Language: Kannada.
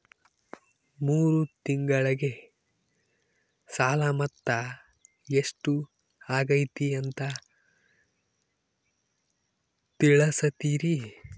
ಮೂರು ತಿಂಗಳಗೆ ಸಾಲ ಮೊತ್ತ ಎಷ್ಟು ಆಗೈತಿ ಅಂತ ತಿಳಸತಿರಿ?